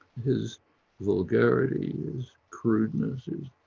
his vulgarity, his crudeness, his